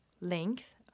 length